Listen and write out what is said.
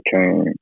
came